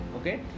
okay